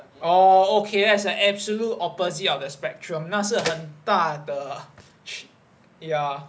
orh okay as an absolute opposite of the spectrum 那是很大的 ya